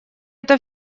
это